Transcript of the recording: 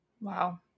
Wow